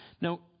Now